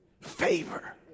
favor